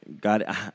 God